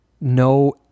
no